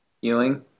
Ewing